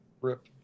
rip